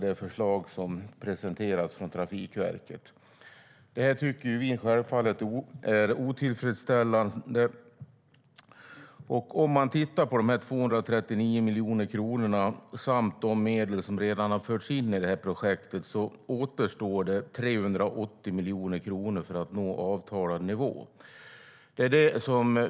Det tycker vi självfallet är otillfredsställande. Av de 239 miljoner kronorna samt de medel som redan har förts in i det här projektet återstår 380 miljoner kronor för att nå avtalad nivå.